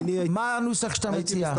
מה הנוסח שאתה מציע?